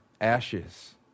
ashes